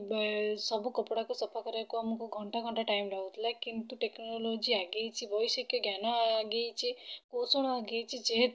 ସବୁ କପଡ଼ାକୁ ସଫା କରିବାକୁ ଆମକୁ ଘଣ୍ଟା ଘଣ୍ଟା ଟାଇମ୍ ଲାଗୁଥିଲା କିନ୍ତୁ ଟେକ୍ନୋଲୋଜି ଆଗେଇଛି ବୈଷୟିକ ଜ୍ଞାନ ଆଗେଇଛି କୌଶଳ ଆଗେଇଛି ଯେହେତୁ